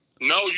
No